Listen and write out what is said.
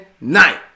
night